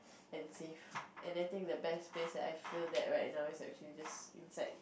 and safe and I think the best place that I feel that right now is actually just inside